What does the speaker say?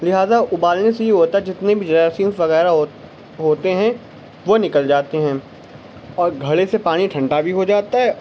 لہٰذا ابالنے سے یہ ہوتا ہے جتنے بھی جراثیمس وغیرہ ہوتے ہیں وہ نکل جاتے ہیں اور گھڑے سے پانی ٹھنڈا بھی ہو جاتا ہے